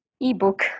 Ebook